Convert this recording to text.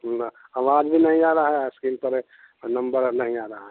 ब अवाज़ भी नहीं आ रही है एस्क्रीन पर नंबर नहीं आ रहा है